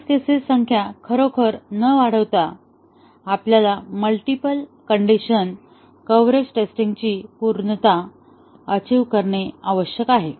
taste cases संख्या खरोखर न वाढवता आपल्याला मल्टीपल कंडिशन कव्हरेज टेस्टिंग ची पूर्णता अचिव्ह करणे आवश्यक आहे